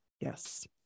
yes